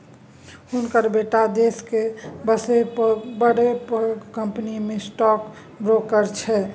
हुनकर बेटा देशक बसे पैघ कंपनीमे स्टॉक ब्रोकर छनि